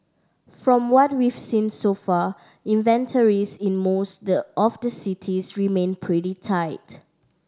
from what we've seen so far inventories in most the of the cities remain pretty tight